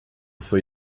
foi